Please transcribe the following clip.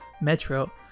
Metro